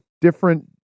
different